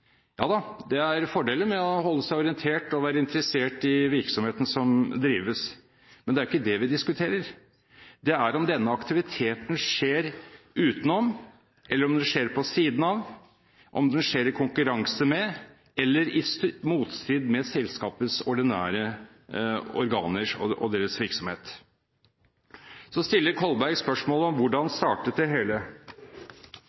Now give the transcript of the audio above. Ja, det er fordeler med å holde seg orientert og være interessert i virksomheten som drives, men det er ikke det vi diskuterer. Det er om denne aktiviteten skjer utenom, eller om den skjer på siden av, om den skjer i konkurranse med eller i motstrid til selskapets ordinære organer og deres virksomhet. Så stiller Kolberg spørsmål om hvordan